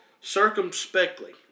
circumspectly